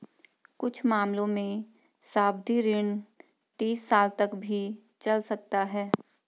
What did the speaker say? कुछ मामलों में सावधि ऋण तीस साल तक भी चल सकता है